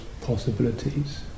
possibilities